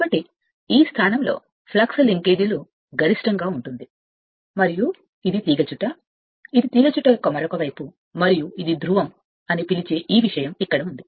కాబట్టి ఈ స్థానంలో మీరు ఫ్లక్స్ లింకేజీలు అని పిలుస్తారు అది గరిష్టంగా ఉంటుంది మరియు ఇది తీగచుట్ట బ్యాక్ తీగచుట్ట యొక్క మరొక వైపు మరియు ఇది మీరు ఈ ధ్రువం అని పిలిచే ఈ విషయం ఇక్కడే ఉంది